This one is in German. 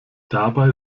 dabei